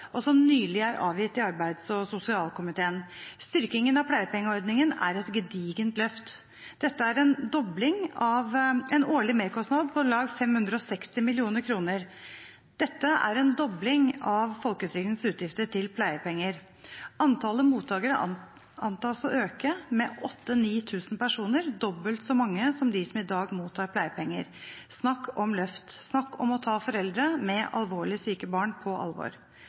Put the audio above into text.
og innstillingen som nylig er avgitt i arbeids- og sosialkomiteen. Styrkingen av pleiepengeordningen er et gedigent løft – en årlig merkostnad på om lag 560 mill. kr. Dette er en dobling av folketrygdens utgifter til pleiepenger. Antallet mottakere antas å øke med 8 000–9 000 personer, dobbelt så mange som dem som i dag mottar pleiepenger. Snakk om løft! Snakk om å ta foreldre med alvorlig syke barn på alvor.